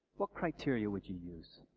what criteria would you use?